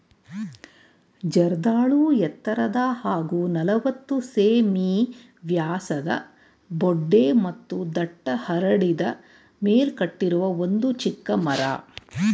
ಜರ್ದಾಳು ಎತ್ತರದ ಹಾಗೂ ನಲವತ್ತು ಸೆ.ಮೀ ವ್ಯಾಸದ ಬೊಡ್ಡೆ ಮತ್ತು ದಟ್ಟ ಹರಡಿದ ಮೇಲ್ಕಟ್ಟಿರುವ ಒಂದು ಚಿಕ್ಕ ಮರ